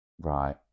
Right